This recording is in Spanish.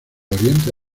oriente